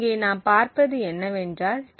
இங்கே நாம் பார்ப்பது என்னவென்றால் T0